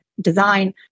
design